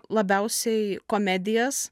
labiausiai komedijas